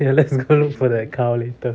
ya let's go look for that cow later